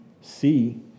see